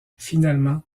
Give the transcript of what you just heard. finalement